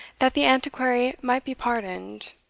that the antiquary might be pardoned,